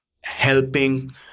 helping